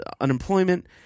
unemployment